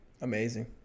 Amazing